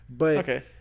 Okay